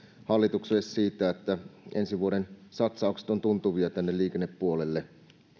hallitukselle siitä että ensi vuoden satsaukset ovat tuntuvia tänne liikennepuolelle